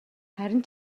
харин